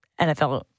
NFL